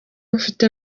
mfite